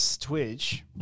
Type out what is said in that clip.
Twitch